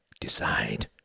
Decide